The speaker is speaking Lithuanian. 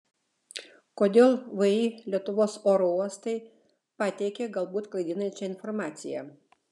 kodėl vį lietuvos oro uostai pateikė galbūt klaidinančią informaciją